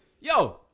Yo